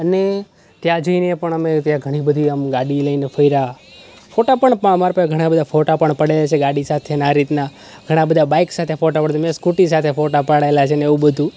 અને ત્યાં જઈને પણ અમે ત્યાં ઘણીબધી આમ ગાડી લઈને ફર્યા ફોટા પણ અમારી પાસે ઘણા બધા ફોટા પણ પડ્યા હશે ગાડી સાથેના આ રીતના ઘણા બધા બાઇક સાથે ફોટા પાડે તો મેં સ્કૂટી સાથે ફોટા પડાવેલા છે ને એવું બધું